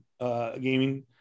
gaming